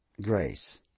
grace